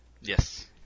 Yes